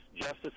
Justice